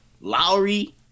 Lowry